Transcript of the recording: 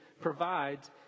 provides